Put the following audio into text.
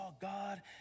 God